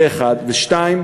זה, 1. ו-2,